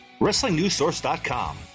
WrestlingNewsSource.com